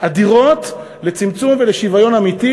אדירות לצמצום פערים ולשוויון אמיתי.